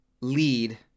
lead